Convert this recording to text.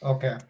Okay